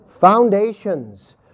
Foundations